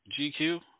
GQ